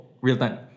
real-time